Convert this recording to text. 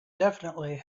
definitely